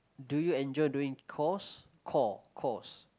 do you enjoy doing chores chore chores